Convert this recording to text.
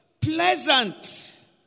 pleasant